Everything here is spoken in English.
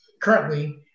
Currently